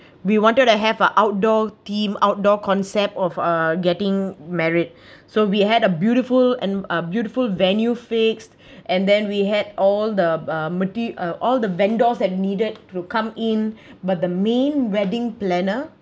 we wanted a half our outdoor theme outdoor concept of uh getting married so we had a beautiful and beautiful venue fixed and then we had all the multi ah all the vendors have needed to come in but the main wedding planner